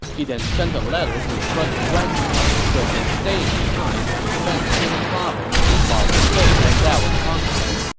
he then sent a letter to his brother guan yu, who had been staying behind to defend jing province while liu bei went out a-conquerin'.